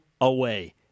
away